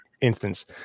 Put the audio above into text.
instance